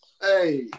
Hey